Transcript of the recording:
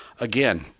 again